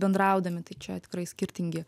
bendraudami tai čia tikrai skirtingi